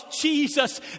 Jesus